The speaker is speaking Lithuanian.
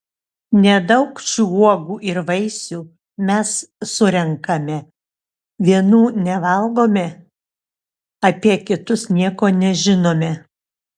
nedaug šių uogų ir vaisių mes surenkame vienų nevalgome apie kitus nieko nežinome